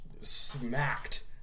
smacked